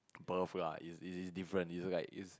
birth lah it it it's different it's like it's